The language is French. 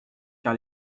car